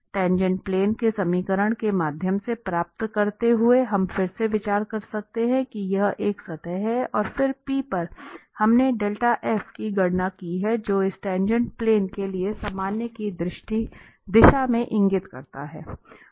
टाँगेँट प्लेन के समीकरण के माध्यम से प्राप्त करते हुए हम फिर से विचार कर सकते हैं कि यह एक सतह है और फिर P पर हमने की गणना की है जो इस टाँगेँट प्लेन के लिए सामान्य की दिशा में इंगित करता है